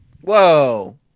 Whoa